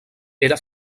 era